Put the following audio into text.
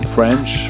French